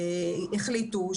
החליטו,